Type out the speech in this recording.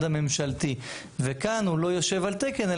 הממשלתי וכאן הוא לא יושב על תקן,